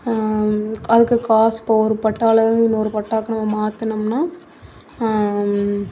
அதுக்கு காசு இப்போது ஒரு பட்டாவிலேருந்து இன்னொரு பட்டாவுக்கு நம்ம மாற்றினோம்னா